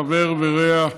חבר ורע,